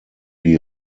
die